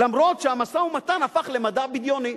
למרות שהמשא-ומתן הפך למדע בדיוני.